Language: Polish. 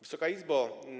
Wysoka Izbo!